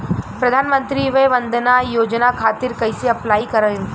प्रधानमंत्री वय वन्द ना योजना खातिर कइसे अप्लाई करेम?